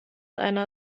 einer